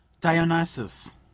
Dionysus